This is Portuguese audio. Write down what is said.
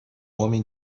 homem